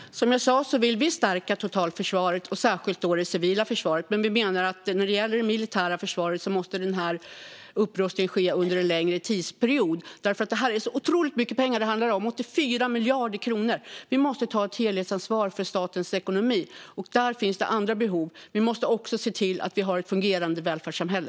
Herr ålderspresident! Som jag sa vill vi stärka totalförsvaret och särskilt det civila försvaret. Men när det gäller det militära försvaret menar vi att upprustningen måste ske under en längre tidsperiod. Det handlar nämligen om otroligt mycket pengar, 84 miljarder kronor. Vi måste ta ett helhetsansvar för statens ekonomi, och det finns även andra behov. Vi måste också se till att vi har ett fungerande välfärdssamhälle.